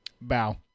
Bow